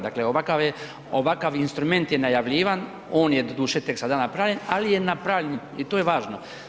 Dakle, ovakav je, ovakav instrument je najavljivan, on je doduše tek sada napravljen, ali je napravljen i to je važno.